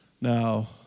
Now